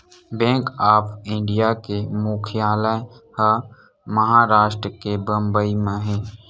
bank of India के मुख्यालय ह महारास्ट के बंबई म हे